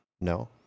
No